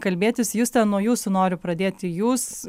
kalbėtis juste nuo jūsų noriu pradėti jūs